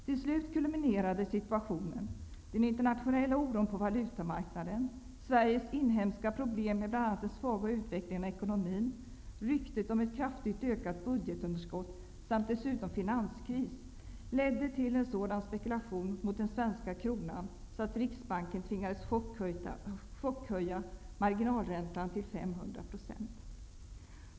Till slut kulminerade situationen. Den internationella oron på valutamarknaden, Sveriges inhemska problem med bl.a. den svaga utvecklingen av ekonomin, ryktet om ett kraftigt ökat budgetunderskott och dessutom finanskrisen, ledde till en sådan spekulation mot den svenska kronan att Riksbanken tvingades chockhöja marginalräntan till 500 %.